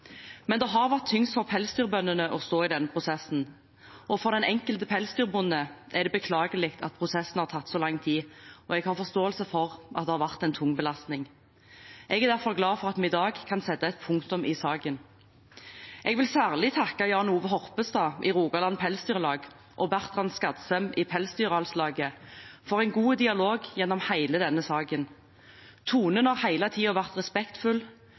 Det har vært tyngst for pelsdyrbøndene å stå i denne prosessen. For den enkelte pelsdyrbonde er det beklagelig at prosessen har tatt så lang tid, og jeg har forståelse for at det har vært en tung belastning. Jeg er derfor glad for at vi i dag kan sette et punktum i saken. Jeg vil særlig takke Jan Ove Horpestad i Rogaland Pelsdyralslag og Bertran Skadsem i Norges Pelsdyralslag for en god dialog gjennom hele denne saken. Tonen har hele tiden vært respektfull,